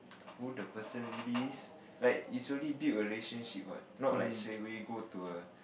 who the person really is like it's already build a relationship what not straightaway go to a